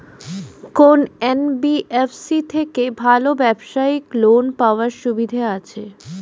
কোন এন.বি.এফ.সি থেকে ভালো ব্যবসায়িক লোন পাওয়ার সুবিধা আছে?